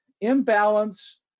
imbalance